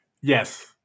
Yes